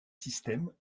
système